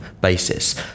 basis